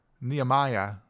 Nehemiah